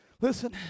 Listen